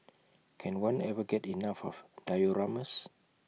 can one ever get enough of dioramas